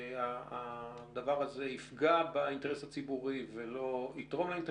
הדבר הזה יפגע באינטרס הציבורי ולא יתרום לו.